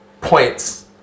points